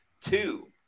Two